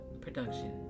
production